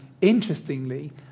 interestingly